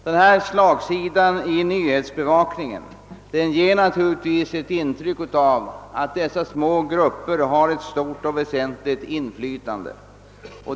Denna slagsida i nyhetsbevakningen ger naturligtvis ett intryck av att dessa små grupper har ett stort och väsentligt inflytande.